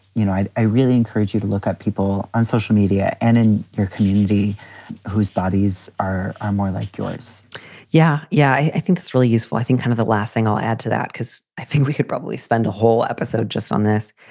you know, i i really encourage you to look at people on social media and in your community whose bodies are are more like yours yeah, yeah. i think it's really useful. i think kind of the last thing i'll add to that, because i think we could probably spend a whole episode just on this.